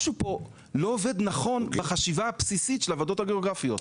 משהו פה לא עובד נכון בחשיבה הבסיסית של הוועדות הגיאוגרפיות.